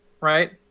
right